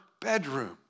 bedroom